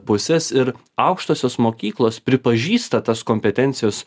pusės ir aukštosios mokyklos pripažįsta tas kompetencijas